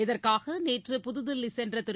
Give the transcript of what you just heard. இதற்காக நேற்று புதுதில்லி சென்ற திரு